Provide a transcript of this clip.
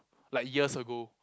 like years ago